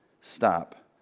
stop